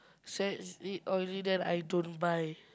se~ it already I don't buy